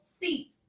seats